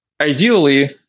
Ideally